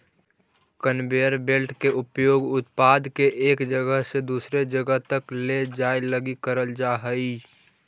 conveyor belt के उपयोग उत्पाद के एक जगह से दूसर जगह तक ले जाए लगी करल जा हई